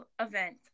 event